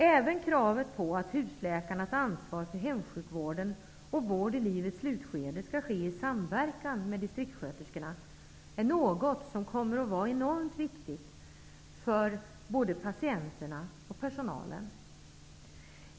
Även kravet på att husläkarnas ansvar för hemsjukvården och vård i livets slutskede skall ske i samverkan med distriktssköterskorna är något som kommer att vara enormt viktigt för både patienterna och personalen.